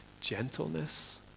gentleness